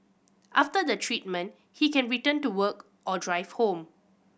after the treatment he can return to work or drive home